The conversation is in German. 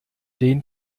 den